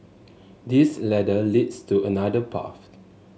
this ladder leads to another path